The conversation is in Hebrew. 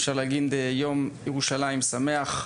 אפשר גם להגיד יום ירושלים שמח.